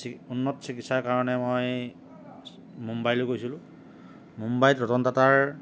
C উন্নত চিকিৎসাৰ কাৰণে মই মুম্বাইলৈ গৈছিলোঁ মুম্বাইত ৰতন টাটাৰ